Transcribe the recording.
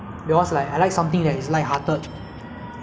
the plot is very deep ah or very confusing that kind of plot ah